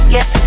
Yes